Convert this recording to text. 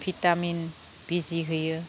vitamin बिजि होयो